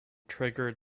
triggered